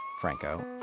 Franco